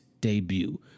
debut